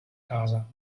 casa